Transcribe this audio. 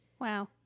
Wow